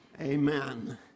Amen